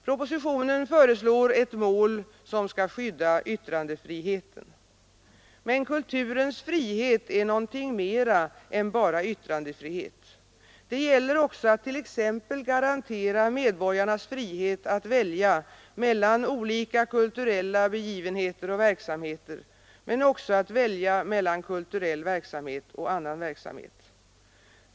Propositionen föreslår ett mål som skyddar yttrandefriheten. Kulturens frihet är dock något mera än bara yttrandefrihet; det gäller också att t.ex. garantera medborgarnas frihet att välja mellan olika kulturella begivenheter och verksamheter men även att välja mellan kulturell verksamhet och annan verksamhet.